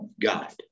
God